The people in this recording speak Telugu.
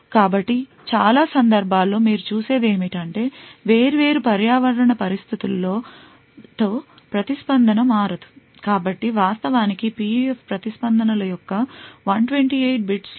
కాబట్టి చాలా సందర్భాలలో మీరు చూసేది ఏమిటంటే వేర్వేరు పర్యావరణ పరిస్థితులతో ప్రతిస్పందన మారదు కాబట్టి వాస్తవానికి PUF ప్రతిస్పందనల యొక్క 128 bits లో సగటున 0